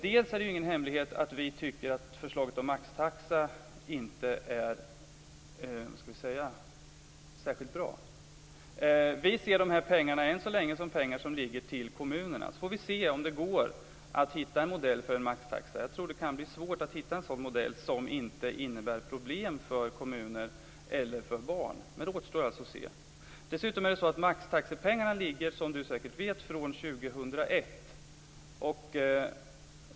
Det är ju ingen hemlighet att vi inte tycker att förslaget om maxtaxan är särskilt bra. Vi ser än så länge dessa pengar som pengar till kommunerna. Sedan får vi se om det går att hitta en modell för en maxtaxa. Jag tror att det kan bli svårt att hitta en sådan modell som inte innebär problem för kommuner eller barn, men det återstår alltså att se. Dessutom gäller pengarna för maxtaxan, som du säkert vet, från 2001.